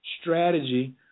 strategy